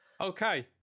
Okay